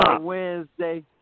Wednesday